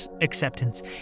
acceptance